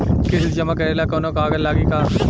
किस्त जमा करे ला कौनो कागज लागी का?